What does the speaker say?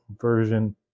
Version